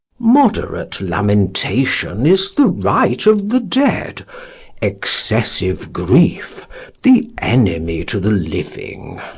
moderate lamentation is the right of the dead excessive grief the enemy to the living.